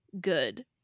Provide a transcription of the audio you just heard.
good